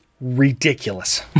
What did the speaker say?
ridiculous